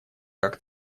как